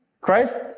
Christ